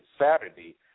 Saturday